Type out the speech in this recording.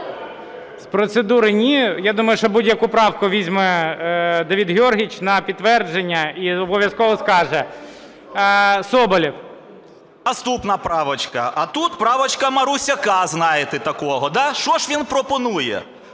з процедури ні. Я думаю, що будь-яку правку візьме Давид Георгійович на підтвердження і обов'язково скаже. Соболєв. 14:48:36 СОБОЛЄВ С.В. Наступна правочка, а тут правочка Марусяка, знаєте такого. Що ж він пропонує?